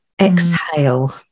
exhale